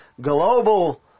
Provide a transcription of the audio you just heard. global